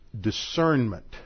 discernment